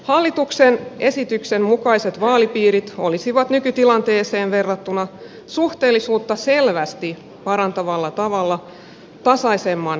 hallituksen esityksen mukaiset vaalipiirit olisivat nykytilanteeseen verrattuna suhteellisuutta selvästi parantavalla tavalla tasaisemman suuruiset